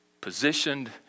Positioned